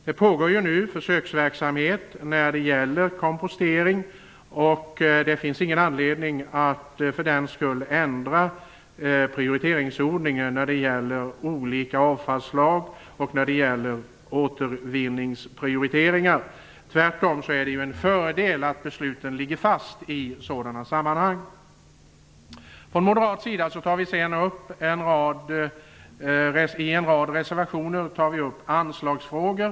Det pågår nu försöksverksamhet när det gäller kompostering, så det finns ingen anledning att för den skull ändra prioriteringsordning angående olika avfallsslag och återvinningsprioriteringar. Tvärtom är det en fördel att besluten ligger fast i sådana sammanhang. Från moderat sida tar vi i en rad reservationer upp anslagsfrågor.